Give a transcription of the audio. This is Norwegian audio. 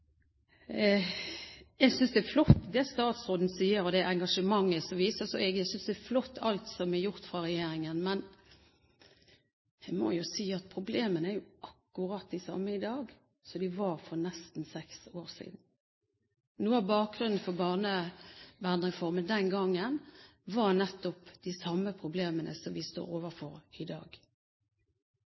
Jeg synes det er flott det statsråden sier, og det engasjementet som vises. Og jeg synes alt som er gjort fra regjeringens side, er flott, men jeg må jo si at problemene er akkurat de samme i dag som de var for nesten seks år siden. Noe av bakgrunnen for barnevernsreformen den gangen var nettopp de samme problemene som vi står overfor i dag.